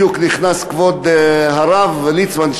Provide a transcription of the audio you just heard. בדיוק נכנס כבוד הרב ליצמן,